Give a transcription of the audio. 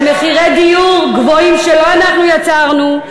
למחירי דיור גבוהים שלא אנחנו יצרנו,